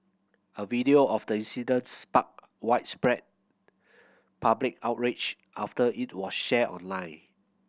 a video of the incident sparked widespread public outrage after it was shared online